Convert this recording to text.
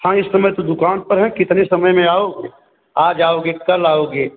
हाँ इस समय तो दुकान पर है कितने समय में आओ आज आओगे कल आओगे